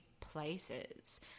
places